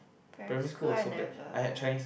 primary school I never